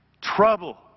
trouble